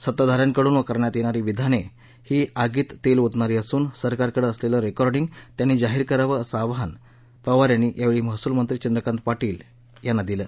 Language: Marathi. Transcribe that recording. सत्ताधा यांकडून करण्यात येणारी विधाने ही आगीत तेल ओतणारी असून सरकारकडे असलेलं रेकॉर्डिंग त्यांनी जाहीर करावं असं आव्हान देत पवार यांनी यावेळी महसूलमंत्री चंद्रकांत पाटील यांच्यावर टीका केली